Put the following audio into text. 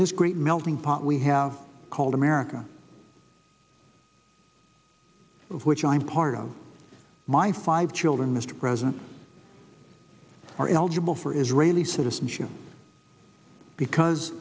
this great melting pot we have called america of which i am part of my five children mr president are eligible for israeli citizenship because